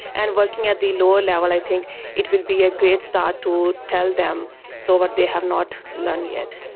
and working at the lower level, i think it will be a great start to tell them what so but they have not learned yet.